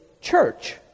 church